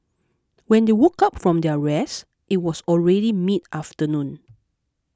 when they woke up from their rest it was already mid afternoon